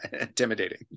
intimidating